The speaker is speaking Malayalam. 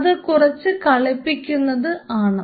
അത് കുറച്ച് കളിപ്പിക്കുന്നത് ആണ്